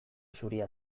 zuria